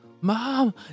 Mom